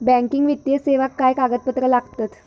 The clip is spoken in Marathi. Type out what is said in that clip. बँकिंग वित्तीय सेवाक काय कागदपत्र लागतत?